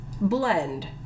blend